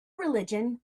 religion